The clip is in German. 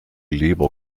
lieber